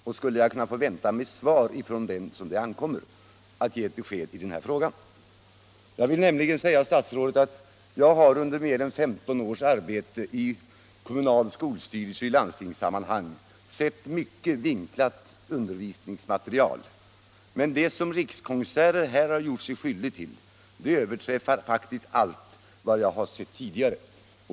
Och skulle jag kunna vänta mig ett svar från den på vilken det ankommer att ge ett besked i denna fråga? Jag har under mer än femton års arbete i kommunal skolstyrelse och i landstingssammanhang sett mycket vinklat undervisningsmaterial, men det som Rikskonserter här har gjort sig skyldig till övergår allt vad jag har sett tidigare.